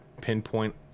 Pinpoint